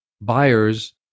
buyers